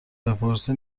بپرسی